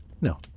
No